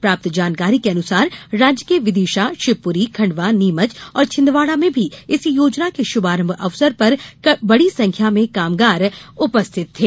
प्राप्त जानकारी के अनुसार राज्य के विदिशा शिवपुरी खंडवा नीमच और छिंदवाड़ा में भी इस योजना के शुभारंभ अवसर पर बड़ी संख्या में कामगार उपस्थित थे